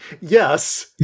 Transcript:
Yes